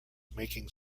making